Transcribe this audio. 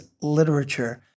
literature